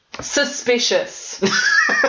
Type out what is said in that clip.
suspicious